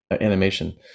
animation